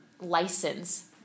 license